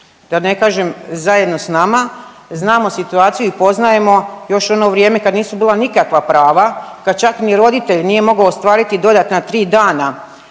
da ne kažem zajedno s nama znamo situaciju i poznajemo još ono vrijeme kad nisu bila nikakva prava kad čak ni roditelj nije mogao ostvariti dodatna 3 dana